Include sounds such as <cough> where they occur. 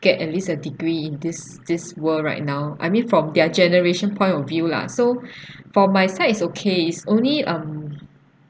get at least a degree in this this world right now I mean from their generation point of view lah so <breath> for my side it's okay it's only um